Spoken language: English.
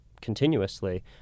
continuously